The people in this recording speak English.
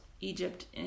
Egypt